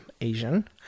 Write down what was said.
Asian